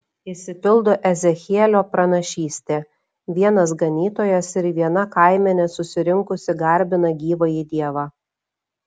išsipildo ezechielio pranašystė vienas ganytojas ir viena kaimenė susirinkusi garbina gyvąjį dievą